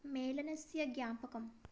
मेलनस्य ज्ञापकम्